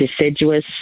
deciduous